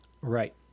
right